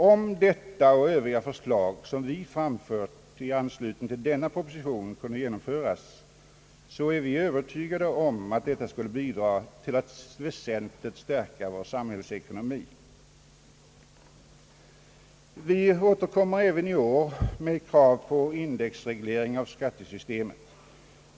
Om detta och övriga förslag, som vi framfört i anslutning till denna proposition, kunde genomföras är vi Övertygade om att detta skulle bidra till att väsentligt stärka vår samhällsekonomi. Vi återkommer även i år med krav på indexreglering av skattesystemet.